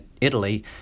Italy